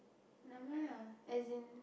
never mind ah as in